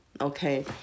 Okay